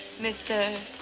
Mr